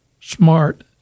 Smart